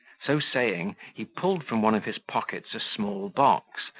so saying, he pulled from one of his pockets a small box,